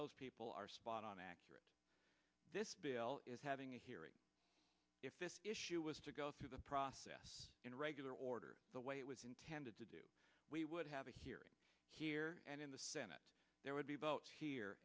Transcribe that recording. those people are spot on accurate this bill is having a hearing if this issue was to go through the process in regular order the way it was intended to do we would have a hearing here and in the senate there would be votes here